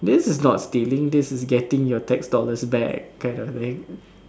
this is not stealing this is getting your tax dollars back kind of thing